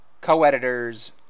co-editors